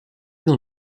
dans